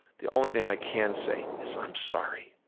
the only thing i can say is i'm sorry.